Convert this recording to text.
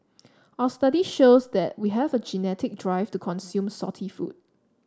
our study shows that we have a genetic drive to consume salty food